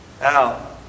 out